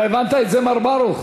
אתה הבנת את זה, מר ברוך?